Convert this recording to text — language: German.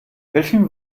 welchen